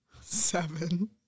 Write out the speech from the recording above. Seven